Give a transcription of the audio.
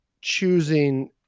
choosing